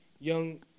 young